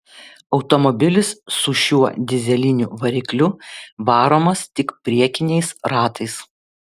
automobilis su šiuo dyzeliniu varikliu varomas tik priekiniais ratais